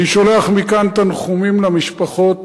אני שולח מכאן תנחומים למשפחות